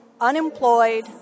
unemployed